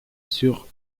sur